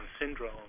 syndrome